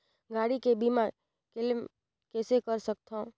गाड़ी के बीमा क्लेम कइसे कर सकथव?